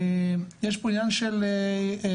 יש פה את העניין של השפה.